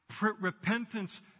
Repentance